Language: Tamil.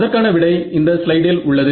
அதற்கான விடை இந்த ஸ்லைடில் உள்ளது